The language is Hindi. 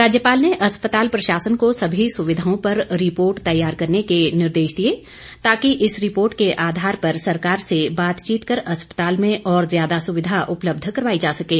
राज्यपाल ने अस्पताल प्रशासन को सभी सुविधाओं पर रिपोर्ट तैयार करने के निर्देश दिए ताकि इस रिपोर्ट के आधार पर सरकार से बातचीत कर अस्पताल में और ज्यादा सुविधा उपलब्ध करवाई जा सकें